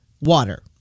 water